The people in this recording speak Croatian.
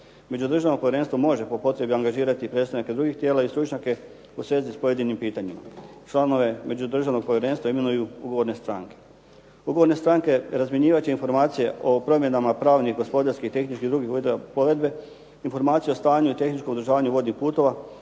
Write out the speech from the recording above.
Međudržavno povjerenstvo može po potrebi angažirati predstavnike drugih tijela i stručnjake u svezi s pojedinim pitanjima. Članove međudržavnog povjerenstva imenuju ugovorne stranke. Ugovorne stranke razmjenjivat će informacije o promjenama pravnih, gospodarskih, tehničkih i drugih odredaba plovidbe, informacije o stanju i tehničkom održavanju vodnih putova,